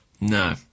No